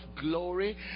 glory